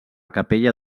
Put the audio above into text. capella